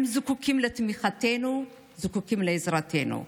הם זקוקים לתמיכתנו ולעזרתנו.